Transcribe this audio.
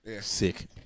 Sick